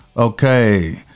Okay